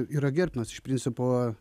yra gerbtinos iš principo